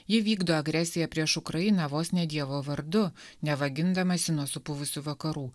ji vykdo agresiją prieš ukrainą vos ne dievo vardu neva gindamasi nuo supuvusių vakarų